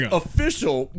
official